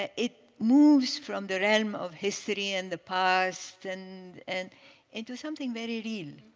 ah it moves from the realm of history and the past and and into something very real.